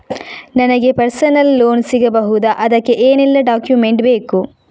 ನನಗೆ personal loan ಸಿಗಬಹುದ ಅದಕ್ಕೆ ಏನೆಲ್ಲ ಡಾಕ್ಯುಮೆಂಟ್ ಬೇಕು?